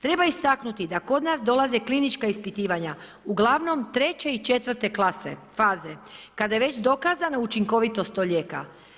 Treba istaknuti da kod nas dolaze klinička ispitivanja uglavnom 3. i 4. klase, faze, kada je već dokazana učinkovitost tog lijeka.